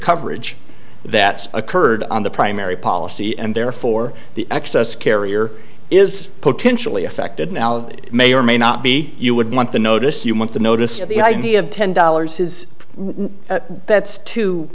coverage that occurred on the primary policy and therefore the excess carrier is potentially affected now it may or may not be you would want the notice you want the notice of the idea of ten dollars is one that's too